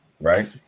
Right